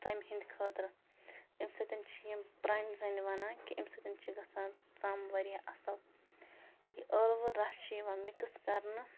ژَمہِ ہِنٛدِ خٲطرٕ اَمہِ سۭتۍ چھِ یِم پرٛانہِ زَنہِ وَنان کہِ اَمہِ سۭتۍ چھِ گژھان ژَم واریاہ اَصٕل یہِ ٲلوٕ رَس چھِ یِوان مِکٕس کرنہٕ